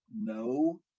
no